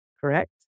correct